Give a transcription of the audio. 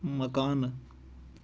مَکانہٕ